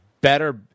better